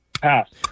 Pass